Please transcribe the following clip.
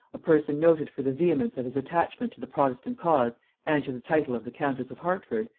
a person noted for the vehemence of his attachment to the protestant cause and to the title of the countess of hertford,